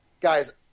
guys